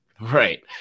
Right